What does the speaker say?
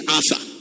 Arthur